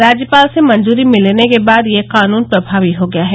राज्यपाल से मंजूरी मिलने के बाद यह कानून प्रमावी हो गया है